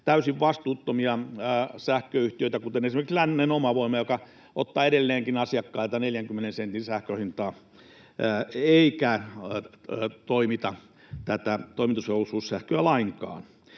täysin vastuuttomia sähköyhtiöitä, kuten esimerkiksi Lännen Omavoima, joka ottaa edelleenkin asiakkailta 40 sentin sähkön hintaa eikä toimita tätä toimitusvelvollisuussähköä lainkaan.